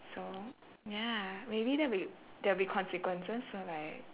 so ya maybe that'll be there'll be consequences for like